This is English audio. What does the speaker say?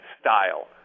style